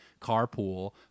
carpool